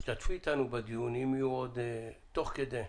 תשתתפי איתנו בדיון תוך כדי,